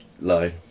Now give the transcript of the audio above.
line